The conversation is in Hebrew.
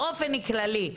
באופן כללי.